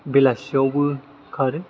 बेलासियावबो खारो